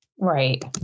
Right